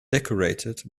decorated